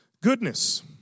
Goodness